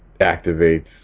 activates